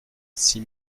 six